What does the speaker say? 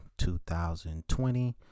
2020